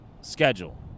schedule